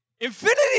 infinity